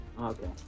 Okay